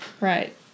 right